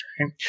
right